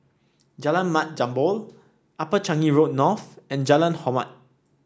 Jalan Mat Jambol Upper Changi Road North and Jalan Hormat